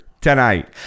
tonight